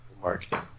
marketing